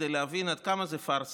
כדי להבין עד כמה זה פארסה,